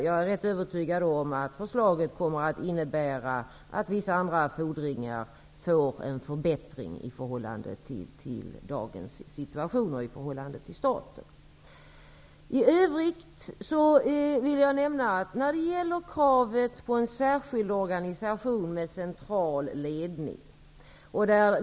Jag är rätt övertygad om att förslaget kommer att innebära att vissa andra fordringar får en förbättrad ställning i förhållande till dagens situation och förhållande till staten. Det har ställts krav på en särskild organisation med central ledning.